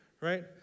right